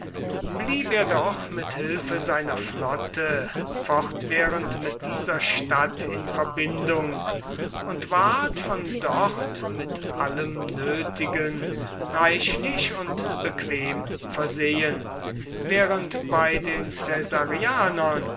blieb er doch mit hilfe seiner flotte fortwährend mit dieser stadt in verbindung und ward von dort mit allem nötigen reichlich und bequem versehen während bei den